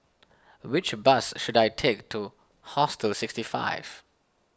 which bus should I take to Hostel sixty five